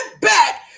back